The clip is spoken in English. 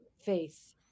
Faith